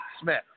Smith